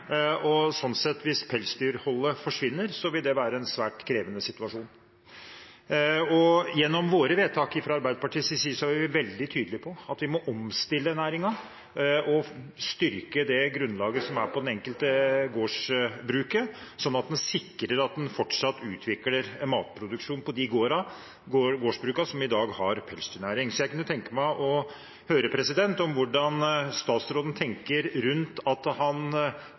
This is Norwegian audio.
svært krevende situasjon. Gjennom våre vedtak, fra Arbeiderpartiets side, er vi veldig tydelige på at vi må omstille næringen og styrke det grunnlaget som er på det enkelte gårdsbruket, slik at en sikrer at en fortsatt utvikler matproduksjon på de gårdsbrukene som i dag har pelsdyrnæring. Jeg kunne tenke meg å høre hvordan statsråden tenker at han